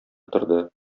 торды